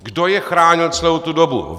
Kdo je chránil celou tu dobu?